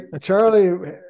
Charlie